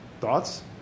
Thoughts